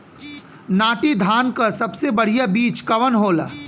नाटी धान क सबसे बढ़िया बीज कवन होला?